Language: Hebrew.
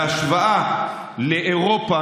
בהשוואה לאירופה,